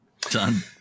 Done